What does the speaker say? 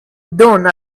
done